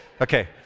Okay